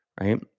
right